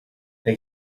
they